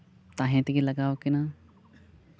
ᱛᱟᱦᱮᱸ ᱛᱮᱜᱮ ᱞᱟᱜᱟᱣ ᱟᱹᱠᱤᱱᱟ